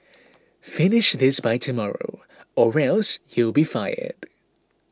finish this by tomorrow or else you'll be fired